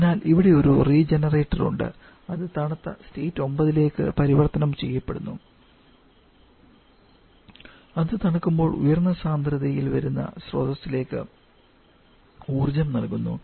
അതിനാൽ ഇവിടെ ഒരു റീജനറേറ്റർ ഉണ്ട് അത് തണുത്ത സ്റ്റേറ്റ് 9 ലേക്ക് പരിവർത്തനം ചെയ്യപ്പെടുന്നു അത് തണുക്കുമ്പോൾ ഉയർന്ന സാന്ദ്രതയിൽ വരുന്ന സ്രോതസ്സിലേക്ക് ഊർജം നൽകുന്നു